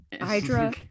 Hydra